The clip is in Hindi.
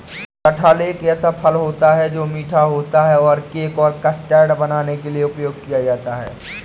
कटहल एक ऐसा फल है, जो मीठा होता है और केक और कस्टर्ड बनाने के लिए उपयोग किया जाता है